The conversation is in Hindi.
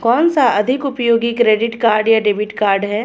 कौनसा अधिक उपयोगी क्रेडिट कार्ड या डेबिट कार्ड है?